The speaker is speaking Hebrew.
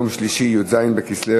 יום שלישי, י"ז בכסלו